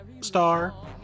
Star